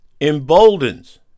emboldens